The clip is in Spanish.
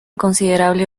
considerable